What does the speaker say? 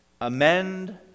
amend